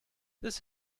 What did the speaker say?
this